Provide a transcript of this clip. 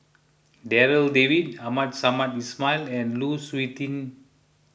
Darryl David Abdul Samad Ismail and Lu Suitin